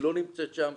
לא נמצאת שם.